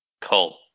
Cole